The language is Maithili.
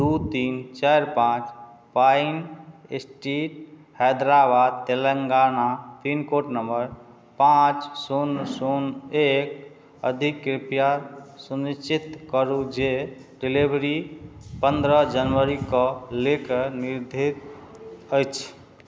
दू तीन चारि पाँच पानि street Hyderabad Telangana pin code number पाँच शून्य शून्य एक अदि कृपया सुनिश्चित करू जे डिलीवरी पंद्रह जनवरी कऽ ले कऽ निर्धारित अछि